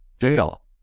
jail